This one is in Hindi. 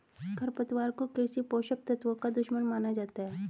खरपतवार को कृषि पोषक तत्वों का दुश्मन माना जाता है